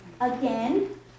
Again